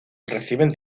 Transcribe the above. reciben